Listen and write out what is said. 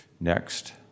next